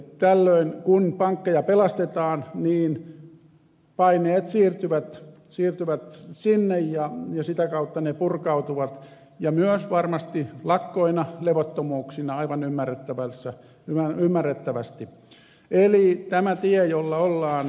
tällöin kun pankkeja pelastetaan paineet siirtyvät sinne ja sitä kautta ne purkautuvat ja myös varmasti lakkoina ja levottomuuksina aivan ymmärrettävästi eli tämä on tie jolla ollaan